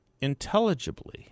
intelligibly